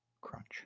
Crunch